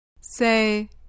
Say